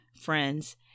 friends